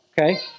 Okay